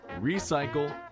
recycle